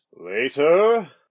Later